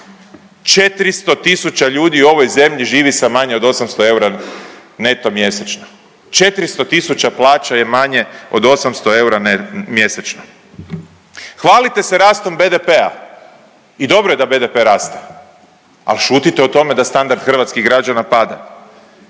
400000 ljudi u ovoj zemlji živi sa manje od 800 eura neto mjesečno, 400 000 plaća je manje od 800 eura mjesečno. Hvalite se rastom BDP-a i dobro je da BDP raste, ali šutite o tome da standard hrvatskih građana pada,